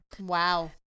Wow